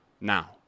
now